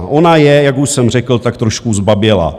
Ona je, jak už jsem řekl, tak trošku zbabělá.